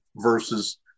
versus